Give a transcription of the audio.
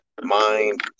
Mind